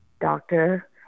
doctor